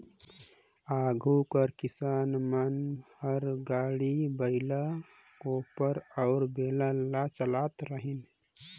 आघु कर किसान मन हर गाड़ी, बइला, कोपर अउ बेलन ल चलात रहिन